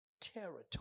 territory